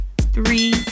three